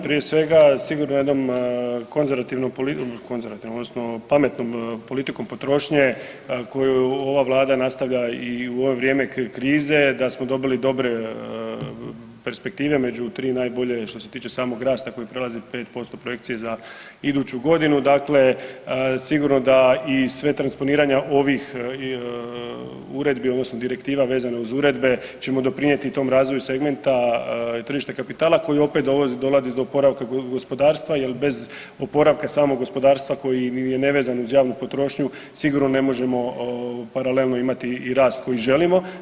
Prije svega, sigurno jednom konzervativnom .../nerazumljivo/... konzervativnom, odnosnom pametnom politikom potrošnje koju ova Vlada nastavlja i u ovo vrijeme krize, da smo dobili dobre perspektive među 3 najbolje što se tiče samog rasta koji prelazi 5% projekcije za iduću godinu, dakle sigurno da i sve transponiranja ovih uredbi odnosno direktiva vezano uz uredbe ćemo doprinijeti tom razvoju segmenta tržišta kapitala koji opet, dolazi do oporavka gospodarstva jer bez oporavka samog gospodarstva koji je nevezan uz javnu potrošnju, sigurno ne možemo paralelno imati i rast koji želimo.